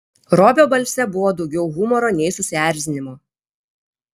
robio balse buvo daugiau humoro nei susierzinimo